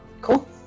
Cool